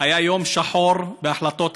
היה יום שחור בהחלטות הממשלה.